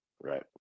Right